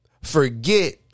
forget